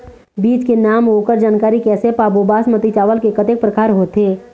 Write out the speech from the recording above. बीज के नाम अऊ ओकर जानकारी कैसे पाबो बासमती चावल के कतेक प्रकार होथे?